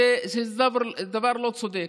שזה דבר לא צודק,